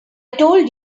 told